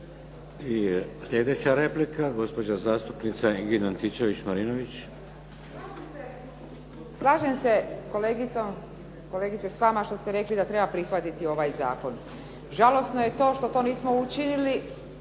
I sljedeća replika gospođa zastupnica Ingrid Antičević- Marinović. **Antičević Marinović, Ingrid (SDP)** Slažem se kolegice s vama što ste rekli da treba prihvatiti ovaj zakon. Žalosno je to što to nismo učinili